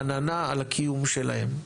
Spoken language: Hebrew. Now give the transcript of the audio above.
עננה על הקיום שלהן.